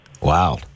Wow